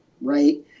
right